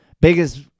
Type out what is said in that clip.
Biggest